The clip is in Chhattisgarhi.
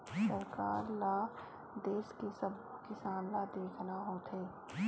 सरकार ल देस के सब्बो किसान ल देखना होथे